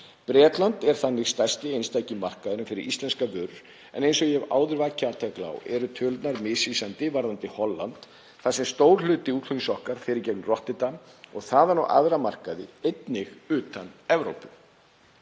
Bretland er þannig stærsti einstaki markaðurinn fyrir íslenskar vörur. Eins og ég hef áður vakið athygli á eru tölurnar misvísandi varðandi Holland þar sem stór hluti útflutnings okkar fer í gegnum Rotterdam og þaðan á aðra markaði, einnig utan Evrópu.